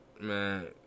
man